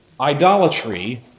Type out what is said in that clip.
Idolatry